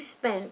spent